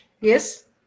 Yes